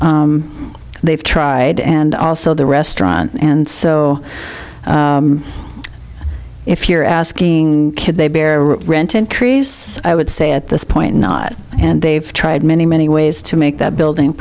they've tried and also the restaurant and so if you're asking kid they bear rent increase i would say at this point not and they've tried many many ways to make that building